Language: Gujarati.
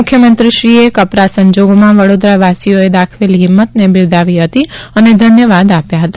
મુખ્યમંત્રીશ્રીએ કપરાસંજોગોમાં વડોદરાવાસીઓએ દાખવેલી હિંમતને બિરદાવી હતી અને ધન્યવાદ આપ્યા હતા